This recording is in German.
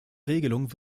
regelung